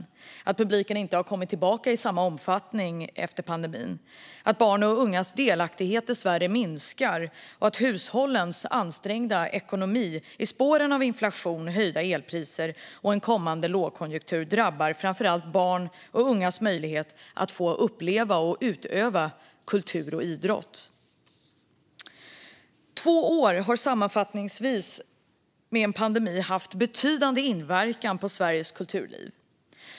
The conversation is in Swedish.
Vi oroar oss för att publiken inte har kommit tillbaka i samma omfattning efter pandemin, för att barns och ungas delaktighet dessvärre minskar och för att hushållens ansträngda ekonomi i spåren av inflation, höjda elpriser och en kommande lågkonjunktur framför allt drabbar barns och ungas möjlighet att få uppleva och utöva kultur och idrott. Sammanfattningsvis har två år av pandemi haft en betydande inverkan på Sveriges kulturliv.